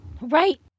Right